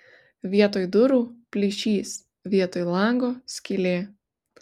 vietoj durų plyšys vietoj lango skylė